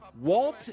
Walt